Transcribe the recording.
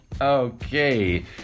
Okay